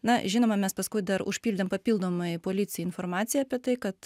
na žinoma mes paskui dar užpildėm papildomai policijai informaciją apie tai kad